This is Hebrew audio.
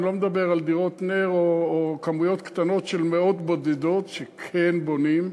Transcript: אני לא מדבר על דירות נ"ר או כמויות קטנות של מאות בודדות שכן בונים,